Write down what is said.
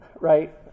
right